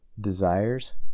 desires